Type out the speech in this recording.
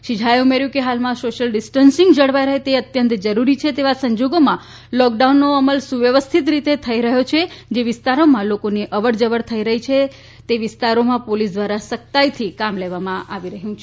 શ્રી ઝા એ ઉમેર્યુ કે હાલમાં સોશિયલ ડિસ્ટન્સીંગ જળવાઇ રહે તે અત્યંત જરૂરી છે તેવા સંજોગોમાં લોક ડાઉનનો અમલ સુવ્યવસ્થિત રીતે થઇ રહયો છે જે વિસ્તારોમાં લોકોની અવર જવર થઇ રહી છે કે વિસ્તારોમાં પોલીસ દ્વારા સખ્તાઇથી કામ લેવામાં આવી રહ્યું છે